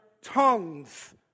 tongues